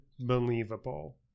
unbelievable